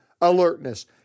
alertness